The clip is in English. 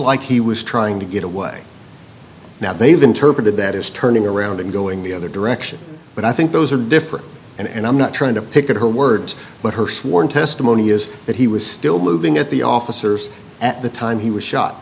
like he was trying to get away now they've interpreted that as turning around and going the other direction but i think those are different and i'm not trying to pick at her words her sworn testimony is that he was still moving at the officers at the time he was shot